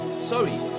Sorry